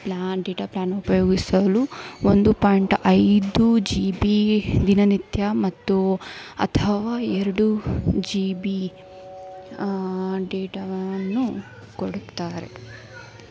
plan data plan ಉಪಯೋಗಿಸಲು ಒಂದು point ಐದು ಜಿ ಬಿ ದಿನನಿತ್ಯ ಮತ್ತು ಅಥವಾ ಎರಡು ಜಿ ಬಿ ಡೇಟಾವನ್ನು ಕೊಡುತ್ತಾರೆ